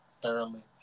thoroughly